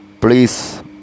please